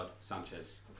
Sanchez